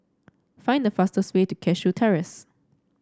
find the fastest way to Cashew Terrace